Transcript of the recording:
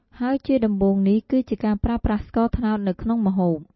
ហើយជាដំបូងនេះ គឺជាការប្រើប្រាស់ស្ករត្នោតនៅក្នុងម្ហូប។